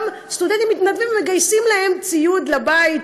סטודנטים מתנדבים ומגייסים להם ציוד לבית,